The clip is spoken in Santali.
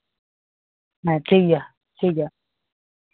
ᱦᱮᱸ ᱴᱷᱤᱠ ᱜᱮᱭᱟ ᱴᱷᱤᱠ ᱜᱮᱭᱟ